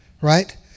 right